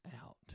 out